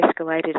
escalated